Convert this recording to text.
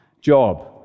job